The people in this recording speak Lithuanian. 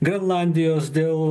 grenlandijos dėl